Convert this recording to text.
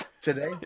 Today